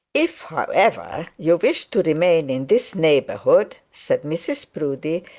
if, however, you wish to remain in this neighbourhood said mrs proudie,